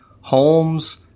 Holmes